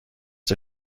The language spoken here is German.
der